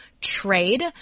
trade